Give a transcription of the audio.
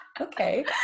okay